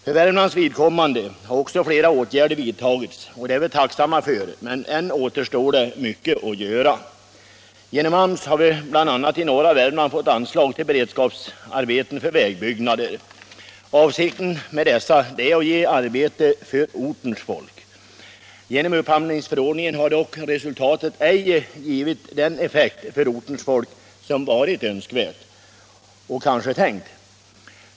För Värmlands vidkommande har också flera åtgärder vidtagits, och det är vi tacksamma för. Men än återstår mycket att göra. Genom AMS har vi bl.a. i norra Värmland fått anslag till beredskapsarbeten för vägbyggen. Avsikten med dessa är att ge arbete åt ortens folk. På grund av upphandlingsförordningen har detta dock ej givit det resultat för ortens folk som varit önskvärt och kanske tänkt.